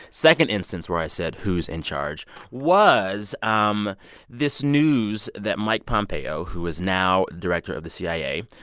second instance where i said who's in charge was um this news that mike pompeo, who is now director of the cia,